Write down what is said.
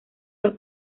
los